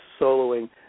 soloing